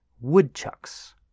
woodchucks